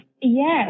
Yes